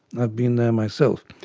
i've been there myself.